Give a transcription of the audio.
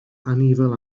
anifail